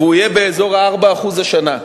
והוא יהיה באזור ה-4% השנה.